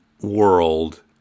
world